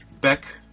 Beck